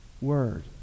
word